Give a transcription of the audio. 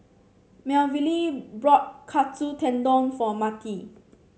Melville bought Katsu Tendon for Mattie